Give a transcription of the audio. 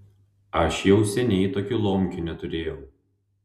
aš jau seniai tokių lomkių neturėjau